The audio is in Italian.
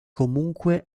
comunque